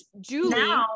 Julie